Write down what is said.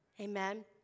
Amen